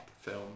film